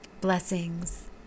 Blessings